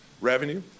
revenue